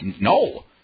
No